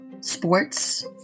Sports